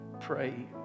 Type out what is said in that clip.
Pray